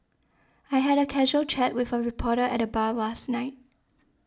I had a casual chat with a reporter at the bar last night